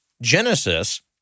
Genesis